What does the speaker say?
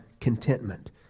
contentment